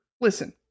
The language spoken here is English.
Listen